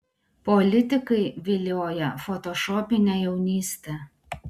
politikai vilioja fotošopine jaunyste